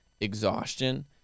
exhaustion